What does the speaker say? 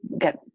get